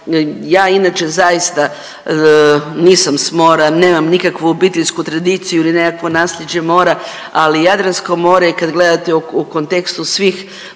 Ja inače zaista nisam s mora, nemam nikakvu obiteljsku tradiciju ili naslijeđe mora, ali Jadransko more je kad gledate u kontekstu svih